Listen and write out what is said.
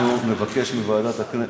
אנחנו נבקש מוועדת הכנסת.